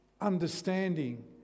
understanding